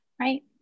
Right